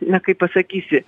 na kaip pasakysi